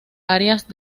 áreas